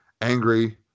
angry